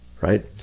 right